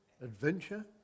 adventure